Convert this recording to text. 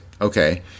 okay